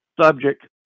subject